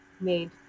made